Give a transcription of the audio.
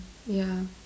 yeah